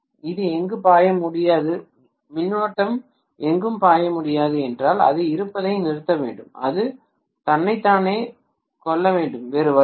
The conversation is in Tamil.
அது எங்கும் பாய முடியாது மின்னோட்டம் எங்கும் பாய முடியாது என்றால் அது இருப்பதை நிறுத்த வேண்டும் அது தன்னைத்தானே கொல்ல வேண்டும் வேறு வழியில்லை